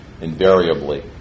invariably